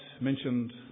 mentioned